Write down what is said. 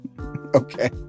Okay